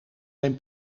zijn